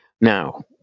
Now